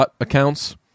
accounts